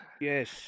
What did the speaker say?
yes